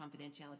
confidentiality